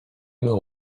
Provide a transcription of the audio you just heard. know